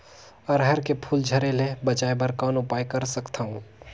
अरहर के फूल झरे ले बचाय बर कौन उपाय कर सकथव?